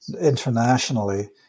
internationally